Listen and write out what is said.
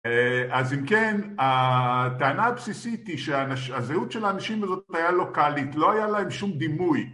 אז אם כן, הטענה הבסיסית היא שהזהות של האנשים הזאת היה לוקאלית, לא היה להם שום דימוי